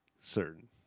certain